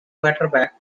quarterback